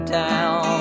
down